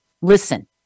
Listen